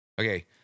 okay